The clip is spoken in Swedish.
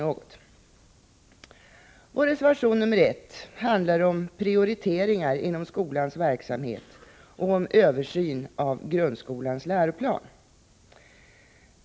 Vår reservation nr 1 handlar om prioriteringar inom skolans verksamhet och om översyn av grundskolans läroplan.